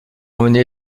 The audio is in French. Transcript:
emmener